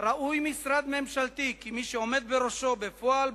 "ראוי משרד משפטי ממשלתי כי מי שעומד בראשו בפועל,